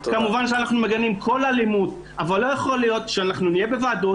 כמובן שאנחנו מגנים כל אלימות אבל לא יכול להיות שאנחנו נהיה בוועדות,